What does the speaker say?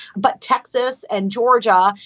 but texas and georgia,